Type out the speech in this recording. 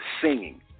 singing